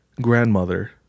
grandmother